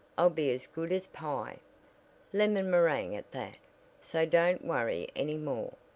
i'll be as good as pie lemon meringue at that so don't worry any more.